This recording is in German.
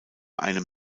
einem